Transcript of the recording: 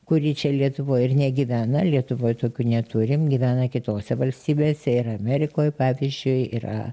kuri čia lietuvoj ir negyvena lietuvoj tokių neturim gyvena kitose valstybėse ir amerikoj pavyzdžiui yra